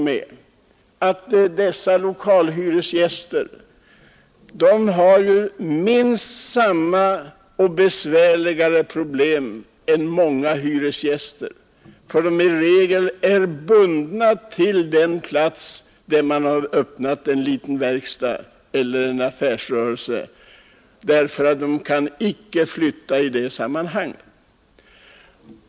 Många lokalhyresgäster har lika stora eller ännu större problem än många bostadshyresgäster, eftersom de i regel är bundna till den plats där de en gång har öppnat sin lilla verkstadseller affärsrörelse. De kan inte flytta den verksamheten.